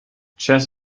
chess